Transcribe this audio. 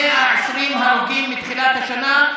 120 הרוגים מתחילת השנה,